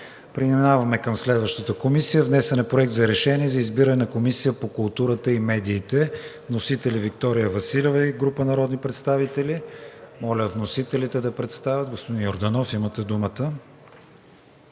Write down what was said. Преминаваме към следващата комисия. Внесен е Проект за решение за избиране на Комисия по културата и медиите. Вносители – Виктория Василева и група народни представители. Моля вносителите да я представят. Господин Йорданов, имате думата.